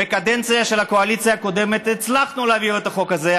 בקדנציה של הקואליציה הקודמת הצלחנו להעביר את החוק הזה.